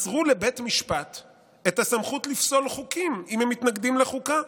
מסרו לבית משפט את הסמכות לפסול חוקים אם הם מתנגדים לחוקה.